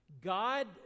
God